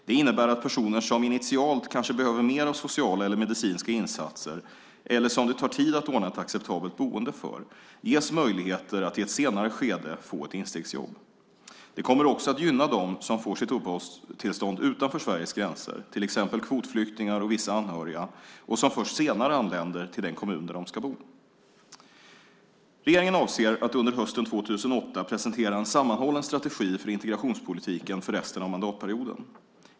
Det innebär att personer som initialt kanske behöver mer av sociala eller medicinska insatser eller som det tar tid att ordna ett acceptabelt boende för ges möjligheter att i ett senare skede få ett instegsjobb. Det kommer också att gynna dem som får sitt uppehållstillstånd utanför Sveriges gränser, till exempel kvotflyktingar och vissa anhöriga, och som först senare anländer till den kommun där de ska bo. Regeringen avser att under hösten 2008 presentera en sammanhållen strategi för integrationspolitiken för resten av mandatperioden.